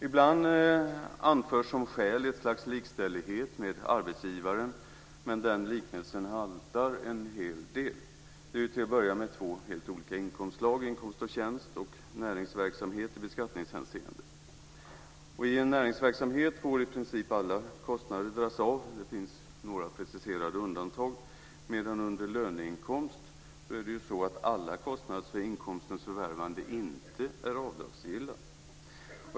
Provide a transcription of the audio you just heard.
Ibland anförs som skäl ett slags likställighet med arbetsgivaren. Men den liknelsen haltar en hel del. Inkomst av tjänst och inkomst av näringsverksamhet är till att börja med två helt olika inkomstslag i beskattningshänseende. I näringsverksamhet får i princip alla kostnader dras av. Det finns några preciserade undantag. Under löneinkomst är alla kostnader för inkomstens förvärvande inte avdragsgilla.